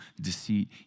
deceit